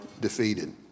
defeated